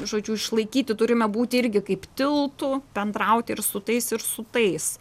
žodžiu išlaikyti turime būti irgi kaip tiltu bendrauti ir su tais ir su tais